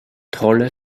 trolle